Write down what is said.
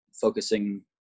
focusing